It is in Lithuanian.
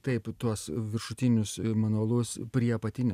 taip tuos viršutinius manualus prie apatinių